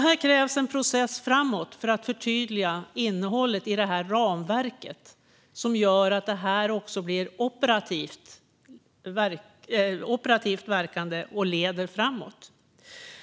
Här krävs det en process framåt för att förtydliga innehållet i ramverket, som gör att detta också blir operativt verkande och leder framåt.